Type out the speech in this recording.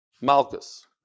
Malchus